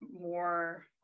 more